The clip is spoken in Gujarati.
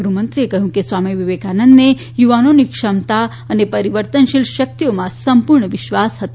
ગૃહમંત્રીએ કહ્યું કે સ્વામી વિવેકાનંદને યુવાનોની ક્ષમતા અને પરિવર્તનશીલ શક્તિઓમાં સંપૂર્ણ વિશ્વાસ હતો